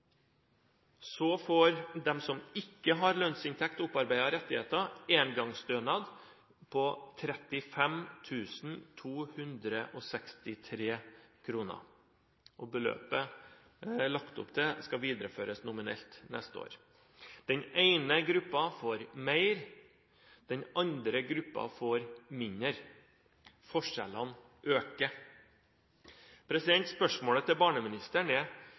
får de som ikke har lønnsinntekt og opparbeidede rettigheter, engangsstønad på 35 263 kr. Beløpet er det lagt opp til at skal videreføres nominelt neste år. Den ene gruppen får mer, og den andre gruppen får mindre – forskjellene øker. Spørsmålet til barneministeren er: